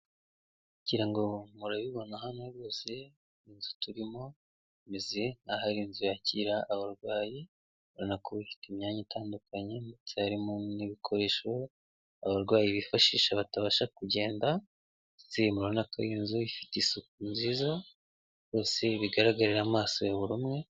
Ngira ngo murabibona hano rwose, inzu turimo imeze nk'aho ari inzu yakira abarwayi, urabona ko ifite imyanya itandukanye ndetse harimo n'ibikoresho abarwayi bifashisha batabasha kugenda ndetse murabona ko iyi nzu ifite isuku nziza, rwose bigaragarira amaso ya buri umwe